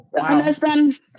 understand